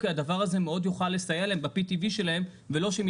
הדבר הזה מאוד יוכל לסייע להם ב-PTV שלהם ולא שהם